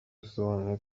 bisobanuye